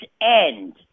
End